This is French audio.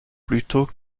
plutôt